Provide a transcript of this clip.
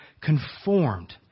conformed